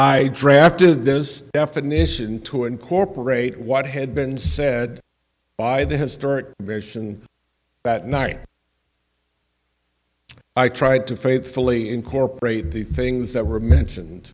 i drafted this definition to incorporate what had been said by the historic mission that night i tried to faithfully incorporate the things that were mentioned